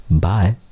Bye